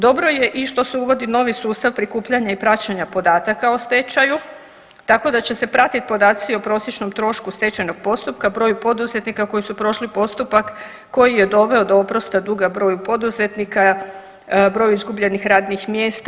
Dobro je i što se uvodi novi sustav prikupljanja i praćenja podataka o stečaju tako da će se pratit podaci o prosječnom trošku stečajnog postupka, broju poduzetnika koji su prošli postupak koji je doveo do oprosta duga broju poduzetnika, broju izgubljenih radnih mjesta.